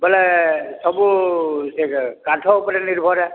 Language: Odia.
ବେଲେ ସବୁ ସେ କାଠ ଉପରେ ନିର୍ଭର୍ ଆଏ